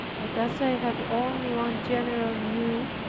but as i have only one general view,